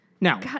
Now